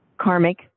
karmic